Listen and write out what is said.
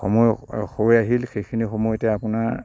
সময় হৈ আহিল সেইখিনি সময়তে আপোনাৰ